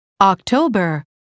october